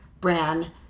brand